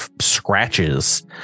scratches